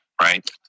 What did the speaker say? right